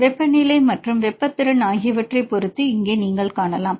எனவே வெப்பநிலை மற்றும் வெப்ப திறன் ஆகியவற்றைப் பொறுத்து இங்கே நீங்கள் காணலாம்